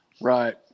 Right